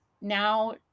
now